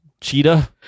Cheetah